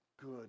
good